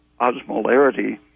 osmolarity